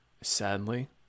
sadly